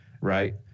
right